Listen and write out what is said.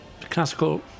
classical